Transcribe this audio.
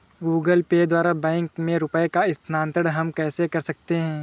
Google Pay द्वारा bank में रुपयों का स्थानांतरण हम कैसे कर सकते हैं?